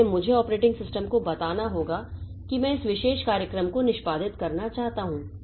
इसलिए मुझे operating system को बताना होगा कि मैं इस विशेष कार्यक्रम को निष्पादित करना चाहता हूं